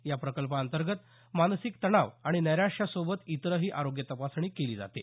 या प्रकल्पांतर्गत मानसिक तणाव आणि नैराश्यासोबत इतरही आरोग्य तपासणी केली जाते